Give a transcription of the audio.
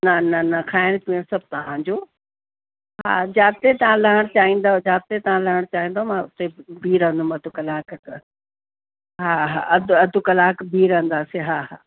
न न न खाइण पीअण सभु तव्हांजो हा जाते तव्हां लहण चाहिंदव जाते तव्हां लहण चाहिंदव मां उते ॿीह रहंदमि अधि कलाकु हा हा अधि अधि कलाकु ॿीह रहंदासी हा हा